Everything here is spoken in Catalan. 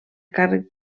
càrrec